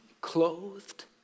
clothed